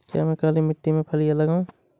क्या मैं काली मिट्टी में फलियां लगाऊँ?